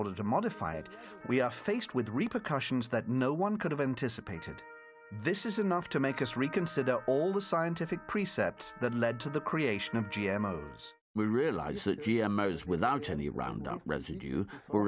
order to modify it we are faced with repercussions that no one could have anticipated this is enough to make us reconsider all the scientific precepts that led to the creation of g m we realize that g m owes without any roundup residue